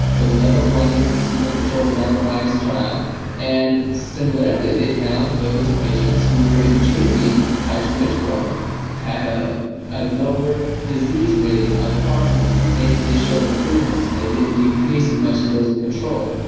it was double-blinded, placebo-controlled, randomized trial and similarly they found those patients who were drinking hydrogen-rich water had a lower disease rating of the parkinson's disease. they they showed improvements, and they did decrease as much as those in control.